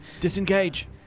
Disengage